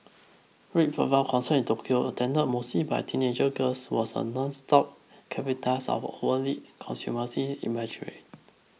Red Velvet's concert in Tokyo attended mostly by teenage girls was a nonstop cavalcade of overtly consumerist imagery